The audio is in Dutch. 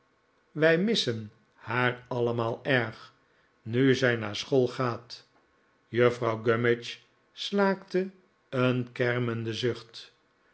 wij missen haar allemaal erg nu zij naar school gaat juffrouw gummidge slaakte een kermenden zucht